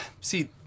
see